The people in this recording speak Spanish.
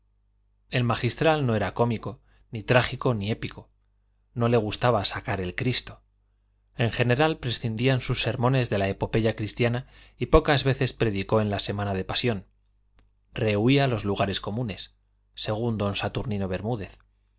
el magistral no era cómico ni trágico ni épico no le gustaba sacar el cristo en general prescindía en sus sermones de la epopeya cristiana y pocas veces predicó en la semana de pasión rehuía los lugares comunes según don saturnino bermúdez